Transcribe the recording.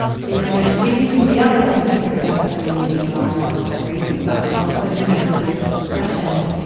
there, we can, with the others, we can kinda go, that's silly. you know, i know what's crazy. but often with religious obsessions,